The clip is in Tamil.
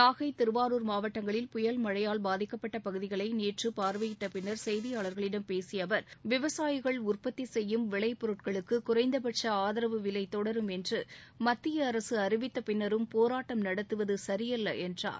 நாகை திருவாரூர் மாவட்டங்களில் புயல் மழையால் பாதிக்கப்பட்ட பகுதிகளை நேற்று பார்வையிட்ட பின்னர் செய்தியாளர்களிடம் பேசிய அவர் விவசாயிகள் உற்பத்தி செய்யும் விளைப் பொருட்களுக்கு குறைந்தபட்ச ஆதரவு விலை தொடரும் என்று மத்திய அரசு அறிவித்த பின்னரும் போராட்டம் நடத்துவது சரியல்ல என்றார்